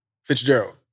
Fitzgerald